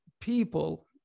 people